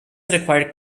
required